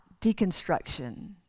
deconstruction